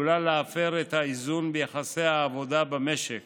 עלולה להפר את האיזון ביחסי העבודה במשק